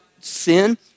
sin